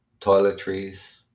toiletries